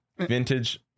vintage